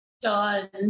done